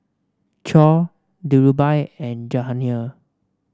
Choor Dhirubhai and Jahangir